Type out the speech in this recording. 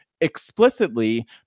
explicitly